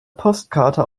postkarte